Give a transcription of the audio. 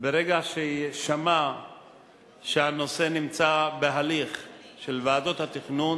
ברגע ששמע שהנושא נמצא בהליך של ועדות התכנון